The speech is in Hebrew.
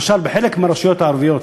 למשל בחלק מהרשויות הערביות,